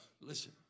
listen